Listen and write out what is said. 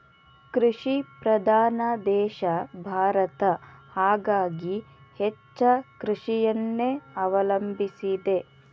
ಕೃಷಿ ಪ್ರಧಾನ ದೇಶ ಭಾರತ ಹಾಗಾಗಿ ಹೆಚ್ಚ ಕೃಷಿಯನ್ನೆ ಅವಲಂಬಿಸಿದೆ